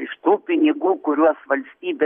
iš tų pinigų kuriuos valstybė